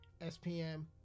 SPM